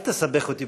אל תסבך אותי,